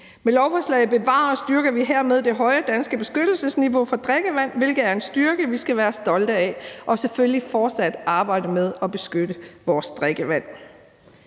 Med lovforslaget bevarer og styrker vi hermed det høje danske beskyttelsesniveau for drikkevand, hvilket er en styrke, vi skal være stolte af, og vi skal selvfølgelig fortsat arbejde med at beskytte vores drikkevand.